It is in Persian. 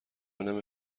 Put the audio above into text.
نمی